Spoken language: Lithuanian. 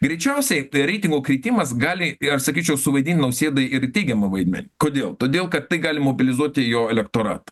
greičiausiai reitingų kritimas gali ir aš sakyčiau suvaidint nausėdai ir teigiamą vaidmenį kodėl todėl kad tai gali mobilizuoti jo elektoratą